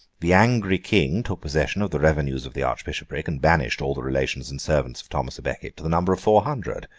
the angry king took possession of the revenues of the archbishopric, and banished all the relations and servants of thomas a becket, to the number of four hundred.